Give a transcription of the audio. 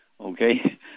okay